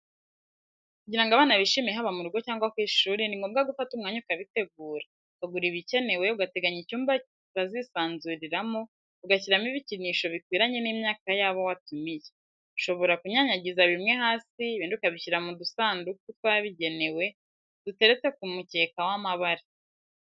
Kugirango abana bishime, haba mu rugo cyangwa ku ishuri, ni ngombwa gufata umwanya ukabitegura; ukagura ibikenewe, ugateganya icyumba bazisanzuriramo, ugashyiramo ibikinisho bikwiranye n'imyaka y'abo watumiye, ushobora kunyanyagiza bimwe hasi ibindi ukabishyira mu dusanduku twabigenewe, duteretse ku mukeka w'amabara.